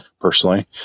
personally